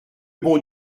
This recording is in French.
bon